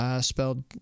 Spelled